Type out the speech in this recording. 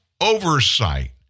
oversight